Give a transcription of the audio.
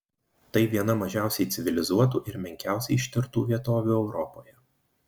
tai viena mažiausiai civilizuotų ir menkiausiai ištirtų vietovių europoje